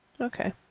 Okay